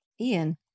Ian